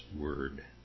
word